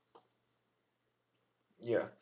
yeah